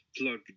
plug